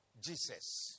Jesus